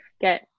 get